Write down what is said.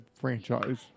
franchise